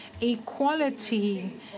Equality